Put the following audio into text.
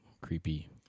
creepy